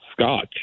scotch